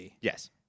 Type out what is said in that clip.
Yes